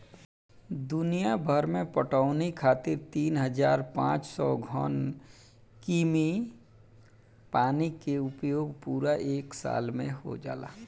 दुनियाभर में पटवनी खातिर तीन हज़ार पाँच सौ घन कीमी पानी के उपयोग पूरा एक साल में हो जाला